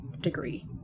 degree